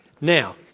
Now